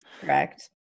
Correct